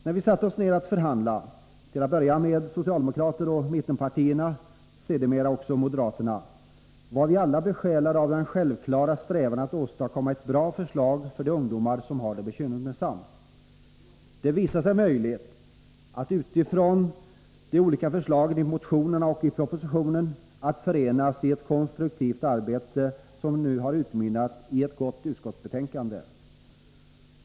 När vi satte oss ner för att förhandla, till att börja med socialdemokraterna och mittenpartierna, sedermera också moderaterna, var vi alla besjälade av den självklara strävan att åstadkomma ett bra förslag för de ungdomar som har det bekymmersamt. Det visade sig möjligt att utifrån de olika förslagen i motionerna och i propositionen förenas i ett konstruktivt arbete, som nu har utmynnat i ett gott utskottsbetänkande.